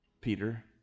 Peter